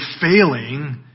failing